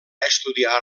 estudiar